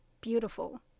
beautiful